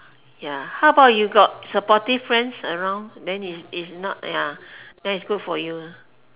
ya how about you got supportive friends around then is is not ya then it's good for you